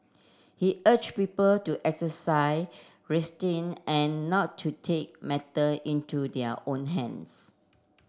he urge people to exercise and not to take matter into their own hands